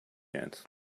chance